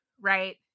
right